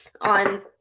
on